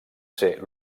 ser